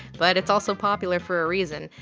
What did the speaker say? but it's also popular for a reason.